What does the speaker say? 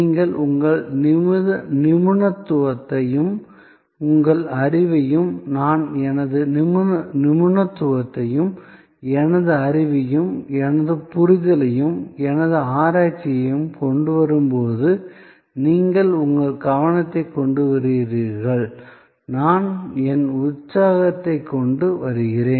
நீங்கள் உங்கள் நிபுணத்துவத்தையும் உங்கள் அறிவையும் நான் எனது நிபுணத்துவத்தையும் எனது அறிவையும் எனது புரிதலையும் எனது ஆராய்ச்சியையும் கொண்டு வரும்போது நீங்கள் உங்கள் கவனத்தை கொண்டு வருகிறீர்கள் நான் என் உற்சாகத்தை கொண்டு வருகிறேன்